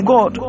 God